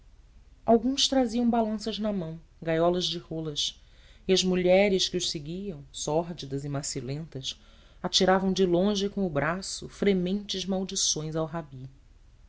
alguns traziam balanças na mão gaiolas de rolas e as mulheres que os seguiam sórdidas e macilentas atiravam de longe com o braço fremente maldições ao rabi